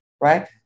right